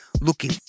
looking